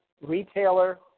retailer